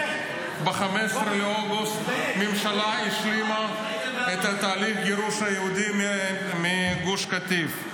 ב-15 באוגוסט הממשלה השלימה את תהליך גירוש היהודים מגוש קטיף.